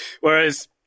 Whereas